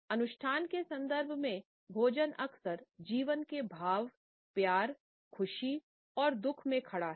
अनुष्ठान के संदर्भ में भोजन अक्सर जीवन के भाव प्यार खुशी और दु ख में खड़ा है